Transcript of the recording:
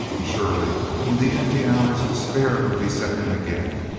surely in the empty hours despair would beset him again.